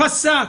פסק